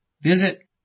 visit